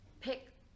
Pick